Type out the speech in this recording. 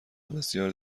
بسیار